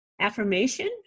affirmation